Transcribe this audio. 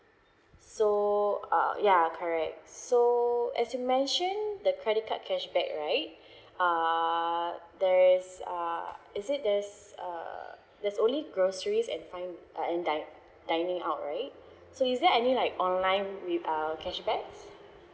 so uh ya correct so as you mention the credit card cashback right err there's err is it there's uh there's only groceries and fine uh and dine dining out right so is there any like online with our cashbacks